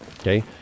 Okay